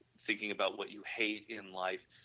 thinking about what you hate in life,